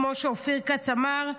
כמו שאופיר כץ אמר,